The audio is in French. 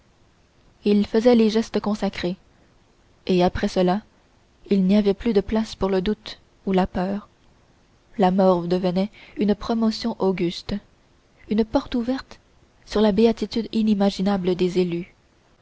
il faisait les gestes consacrés et après cela il n'y avait plus de place pour le doute ou la peur la mort devenait une promotion auguste une porte ouverte sur la béatitude inimaginable des élus